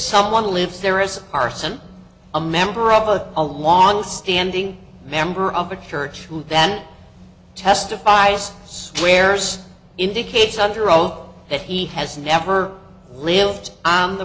someone lives there is a parson a member of a a long standing member of the church who then testifies swears indicates under oath that he has never lived on the